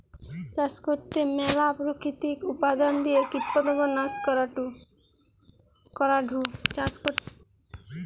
চাষ করতে ম্যালা প্রাকৃতিক উপাদান দিয়ে কীটপতঙ্গ নাশ করাঢু